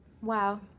Wow